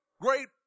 great